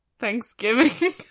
Thanksgiving